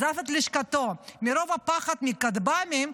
עזב את לשכתו מרוב הפחד מכטב"מים,